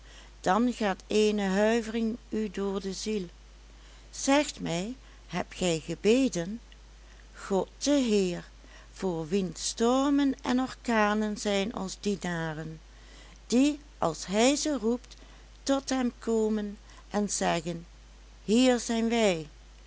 binnendringen dan gaat eene huivering u door de ziel zegt mij hebt gij gebeden god de heer voor wien stormen en orkanen zijn als dienaren die als hij ze roept tot hem komen en zeggen hier zijn wij